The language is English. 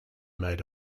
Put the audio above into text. made